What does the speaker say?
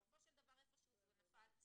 בסופו של דבר איפשהו זה נפל באמצע.